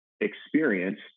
experience